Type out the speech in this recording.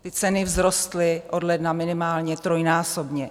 Ty ceny vzrostly od ledna minimálně trojnásobně.